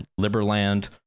Liberland